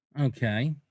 Okay